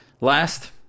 Last